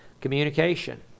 communication